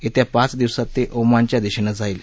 येत्या पाच दिवसात ते ओमानच्या दिशेनं जाईल